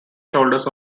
shoulders